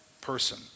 person